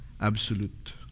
absolute